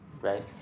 right